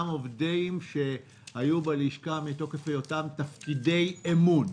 גם עובדים שהיו בלשכה מתוקף היותם בתפקידי אמון.